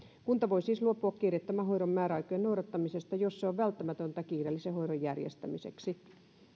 kunta voi siis luopua kiireettömän hoidon määräaikojen noudattamisesta jos se on välttämätöntä kiireellisen hoidon järjestämiseksi